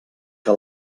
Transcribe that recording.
que